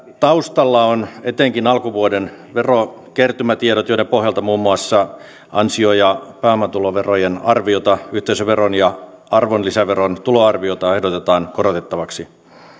taustalla ovat etenkin alkuvuoden verokertymätiedot joiden pohjalta muun muassa ansio ja pääomatuloverojen arviota yhteisöveron ja arvonlisäveron tuloarviota ehdotetaan korotettavaksi